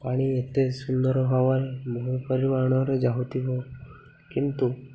ପାଣି ଏତେ ସୁନ୍ଦର ହାବାରେ ବହୁ ପରିମାଣରେ ଯାଉଥିବ କିନ୍ତୁ